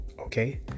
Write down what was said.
okay